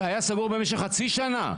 היה סגור במשך חצי שנה.